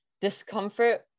discomfort